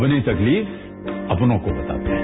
अपनी तकलीफ अपनों को बताते हैं